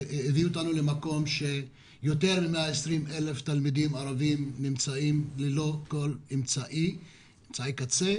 הביא אותנו למקום שיותר מ-120,000 תלמידים ערבים נמצאים ללא אמצעי קצה,